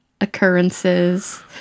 occurrences